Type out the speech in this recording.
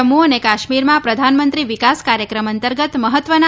જમ્મુ અને કાશ્મીરમાં પ્રધાનમંત્રી વિકાસ કાર્યક્રમ અંતર્ગત મહત્વના